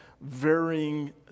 varying